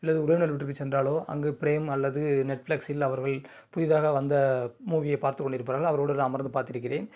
இல்லை உறவினர் வீட்டுக்கு சென்றாலோ அங்கு ப்ரேம் அல்லது நெட்ஃப்ளக்ஸில் அவர்கள் புதிதாக வந்த மூவியை பார்த்துக் கொண்டிருப்பார்கள் அவருடன் நான் அமர்ந்து பார்த்துருக்கிறேன்